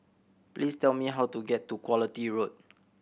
please tell me how to get to Quality Road